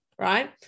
right